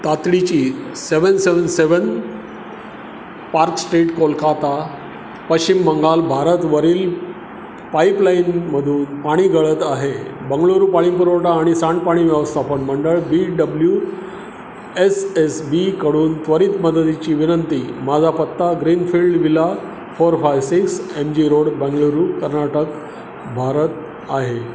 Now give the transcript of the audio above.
तातडीची seven seven seven Park Street Kolkata Paschim Bangal भारतवरील पाईपलाईनमधून पाणी गळत आहे बंगळुरू पाणी पुरवठा आणि सांडपाणी व्यवस्थापन मंडळ बी डब्ल्यू एस एस बीकडून त्वरित मदतीची विनंती माझा पत्ता Greenfield villa four five six M G road Bengaluru Karnataka Bharat आहे